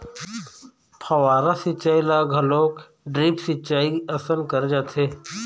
फव्हारा सिंचई ल घलोक ड्रिप सिंचई असन करे जाथे